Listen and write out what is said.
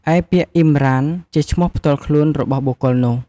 ឯពាក្យអ៊ីមរ៉ាន ជាឈ្មោះផ្ទាល់ខ្លួនរបស់បុគ្គលនោះ។